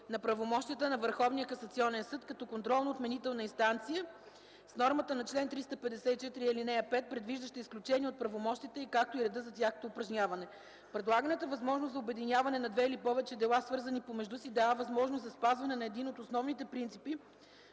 на правомощията на Върховния касационен съд като контролно-отменителна инстанция, с нормата на чл. 354, ал. 5, предвиждаща изключение от правомощията й, както и реда за тяхното упражняване. Предлаганата възможност за обединяване на две или повече дела, свързани помежду си, дава възможност за спазване на един от основните принципи